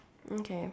okay